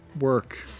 work